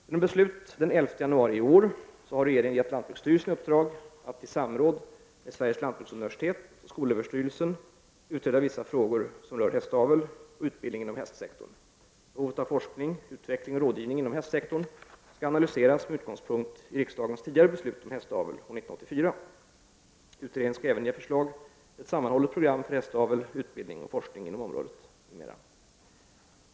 Genom beslut den 11 januari i år har regeringen gett lantbruksstyrelsen i uppdrag att i samråd med Sveriges lantbruksuniversitet och skolöverstyrelsen utreda vissa frågor rörande hästavel och utbildning inom hästsektorn. Behovet av forskning, utveckling och rådgivning inom hästsektorn skall analyseras med utgångspunkt i riksdagens tidigare beslut om hästavel år 1984. Utredningen skall även ge förslag till ett sammanhållet program för hästavel, utbildning och forskning inom området m.m.